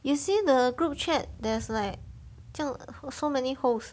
you see the group chat there's like 这样 so many host